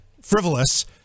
frivolous